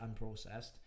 unprocessed